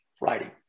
writing